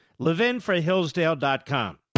levinforhillsdale.com